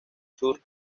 sur